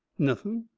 nothing,